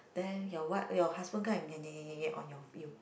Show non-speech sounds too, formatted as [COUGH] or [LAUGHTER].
then your wife your husband come and [NOISE] on your feel